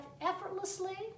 effortlessly